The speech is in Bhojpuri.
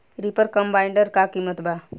रिपर कम्बाइंडर का किमत बा?